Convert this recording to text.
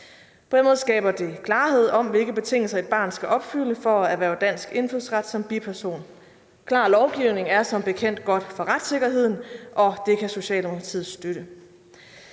På den måde skaber det klarhed om, hvilke betingelser et barn skal opfylde for at erhverve dansk indfødsret som biperson. En klar lovgivning er som bekendt godt for retssikkerheden, og det kan Socialdemokratiet støtte.